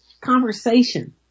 conversation